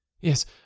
Yes